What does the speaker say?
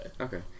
okay